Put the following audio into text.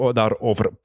daarover